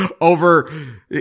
over